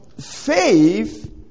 faith